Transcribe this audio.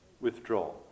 withdraw